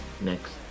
next